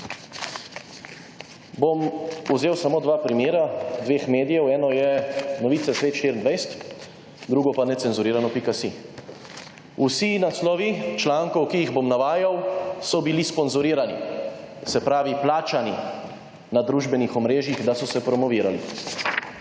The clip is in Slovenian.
Bom vzel samo dva primera dveh medijev. Eno je novice Svet 24, drugo pa Necenzurirano.si. Vsi naslovi člankov, ki jih bom navajal, so bili sponzorirani, se pravi plačani na družbenih omrežjih, da so se promovirali.